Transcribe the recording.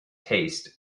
taste